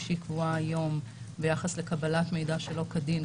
שהיא קבוע היום ביחס לקבלת מידע שלא כדין,